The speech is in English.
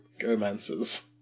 gomancers